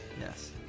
Yes